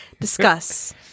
discuss